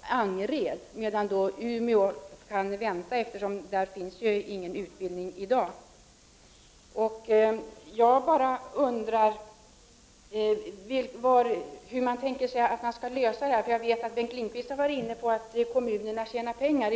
Angered, medan Umeå kan vänta eftersom där inte finns någon utbildning i dag. Jag undrar hur man tänker sig att lösa detta. Jag vet att Bengt Lindqvist har varit inne på att kommunerna tjänar pengar.